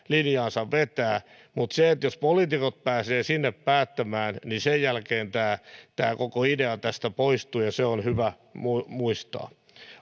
linjaansa vetää mutta jos poliitikot pääsevät sinne päättämään niin sen jälkeen tämä tämä koko idea tästä poistuu se on hyvä muistaa muistaa